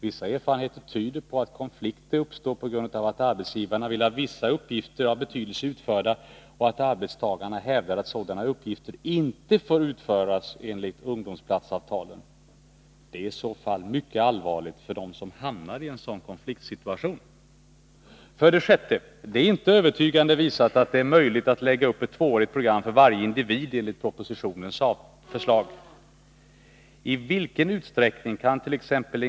Vissa erfarenheter tyder på att konflikter uppstår på grund av att arbetsgivarna vill ha vissa uppgifter av betydelse utförda och att arbetstagarna hävdar att sådana uppgifter inte får utföras enligt ungdomsplatsavtalen. Detta är i så fall mycket allvarligt för den som hamnar i en sådan konflikt. 6. Det är inte övertygande visat att det är möjligt att lägga upp ett tvåårigt program för varje individ enligt propositionens förslag. I vilken utsträckning kant.ex.